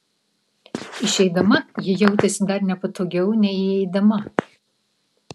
išeidama ji jautėsi dar nepatogiau nei įeidama